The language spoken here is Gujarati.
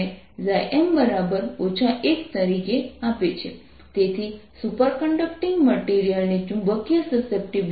તેના કારણે તમારે બિંદુ p પર પોટેન્શિયલની ગણતરી કરવી પડશે